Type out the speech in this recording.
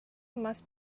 must